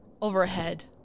Overhead